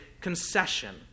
concession